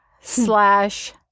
slash